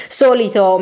solito